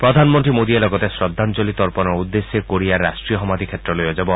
প্ৰধানমন্ত্ৰী মোডীয়ে লগতে শ্ৰদ্ধাঞ্জলি তৰ্পণৰ উদ্দেশ্যে কোৰিয়াৰ ৰাষ্ট্ৰীয় সমাধি ক্ষেত্ৰলৈও যাব